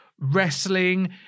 wrestling